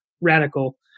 radical